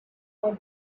for